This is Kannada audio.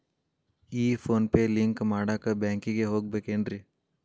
ಈ ಫೋನ್ ಪೇ ಲಿಂಕ್ ಮಾಡಾಕ ಬ್ಯಾಂಕಿಗೆ ಹೋಗ್ಬೇಕೇನ್ರಿ?